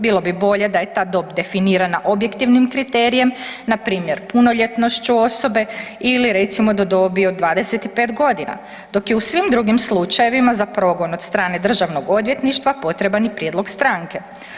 Bilo bi bolje da je ta dob definirana objektivnim kriterijem npr. punoljetnošću osobe ili recimo do dobi od 25 godina dok je u svim drugim slučajevima za progon od strane državnog odvjetništva potreban i prijedlog stranke.